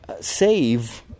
save